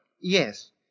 Yes